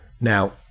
Now